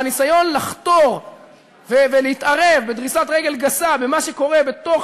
והניסיון לחתור ולהתערב בדריסת רגל גסה במה שקורה בתוך